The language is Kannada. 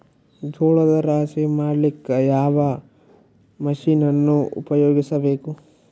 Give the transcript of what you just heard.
ಜೋಳದ ರಾಶಿ ಮಾಡ್ಲಿಕ್ಕ ಯಾವ ಮಷೀನನ್ನು ಉಪಯೋಗಿಸಬೇಕು?